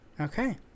Okay